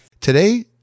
Today